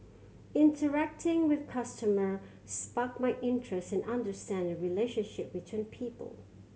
interacting with customer sparked my interest in understanding relationship between people